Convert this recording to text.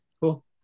Cool